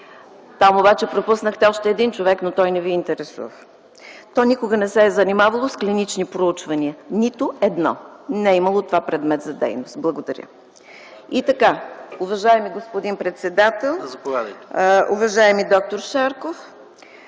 Там обаче пропуснахте още един човек, но той не Ви интересува. То никога не се е занимавало с клинични проучвания, нито едно – не е имало това за предмет на дейност. Благодаря. Уважаеми господин председател, уважаеми доктор Шарков!